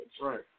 Right